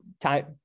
time